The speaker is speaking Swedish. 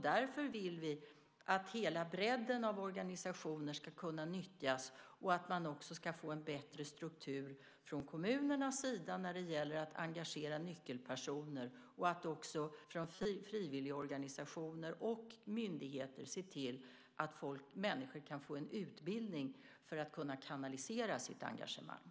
Därför vill vi att hela bredden av organisationer ska kunna nyttjas, att man ska få en bättre struktur från kommunernas sida när det gäller att engagera nyckelpersoner och att också frivilligorganisationer och myndigheter ser till att människor kan få en utbildning för att kunna kanalisera sitt engagemang.